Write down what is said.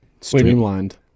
Streamlined